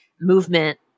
movement